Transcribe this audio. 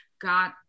got